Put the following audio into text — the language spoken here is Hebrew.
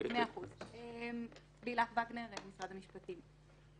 לילך וגנר, משרד המשפטים.